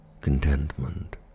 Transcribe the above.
contentment